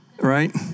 Right